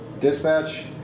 Dispatch